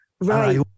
Right